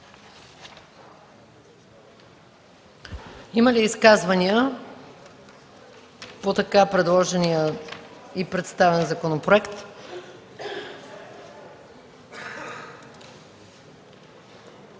Има ли изказвания по така предложения и представен законопроект?